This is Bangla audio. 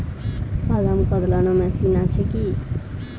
বাদাম কদলানো মেশিন আছেকি?